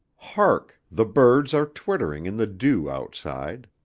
hark! the birds are twittering in the dew outside.